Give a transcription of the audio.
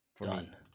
Done